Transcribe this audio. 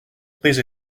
please